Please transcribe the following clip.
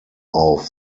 auf